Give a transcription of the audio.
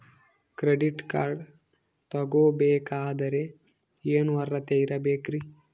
Credit card ತೊಗೋ ಬೇಕಾದರೆ ಏನು ಅರ್ಹತೆ ಇರಬೇಕ್ರಿ?